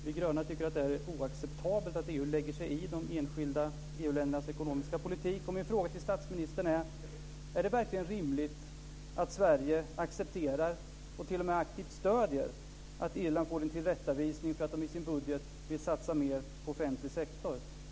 Vi gröna tycker att det är oacceptabelt att EU lägger sig i de enskilda EU-ländernas ekonomiska politik. Min fråga till statsministern är: Är det verkligen rimligt att Sverige accepterar och t.o.m. aktivt stöder att Irland får en tillrättavisning för att de i sin budget vill satsa mer på offentlig sektor?